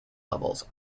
levels